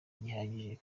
gihagije